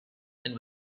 and